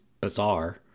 bizarre